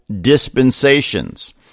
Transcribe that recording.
dispensations